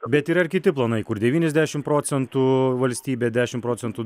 bet yra ir kiti planai kur devyniasdešimt procentų valstybė dešimt procentų